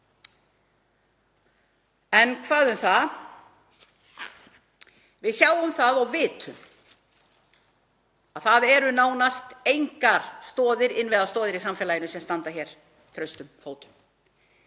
En hvað um það. Við sjáum það og vitum að það eru nánast engar stoðir innviða í samfélaginu sem standa traustum fótum.